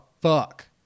fuck